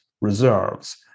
reserves